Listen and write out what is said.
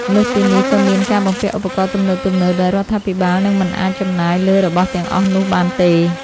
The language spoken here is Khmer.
លើសពីនេះ ក៏មានការបំពាក់ឧបករណ៍ទំនើបៗ ដែលរដ្ឋាភិបាលនៅមិនអាចចំណាយលើរបស់ទាំងអស់នោះបានទេ។